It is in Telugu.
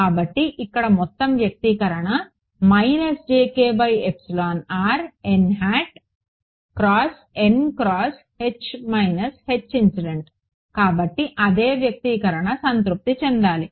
కాబట్టి ఇక్కడ ఈ మొత్తం వ్యక్తీకరణ కాబట్టి అదే వ్యక్తీకరణ సంతృప్తి చెందాలి